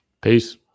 Peace